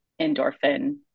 endorphin